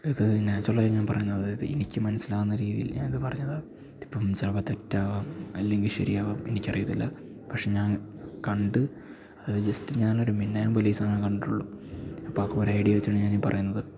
ഇത് നാച്ചൊറലായി ഞാൻ പറയുന്നത് അതായത് എനിക്ക് മനസ്സിലാകുന്ന രീതീൽ ഞാൻ ഇത് പറഞ്ഞതാണ് ഇപ്പം ചിലപ്പം തെറ്റാവാം അല്ലങ്കിൽ ശരിയാവാം എനിക്ക് അറിയത്തില്ല പക്ഷേ ഞാൻ കണ്ട് അത് ജെസ്റ്റ് ഞാൻ ഒരു മിന്നായം പോലെ ഈ സാധനം കണ്ടൊള്ളു അപ്പം അതുവൊരൈഡ്യ വച്ചാണ് ഞാൻ ഈ പറയുന്നത്